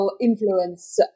influence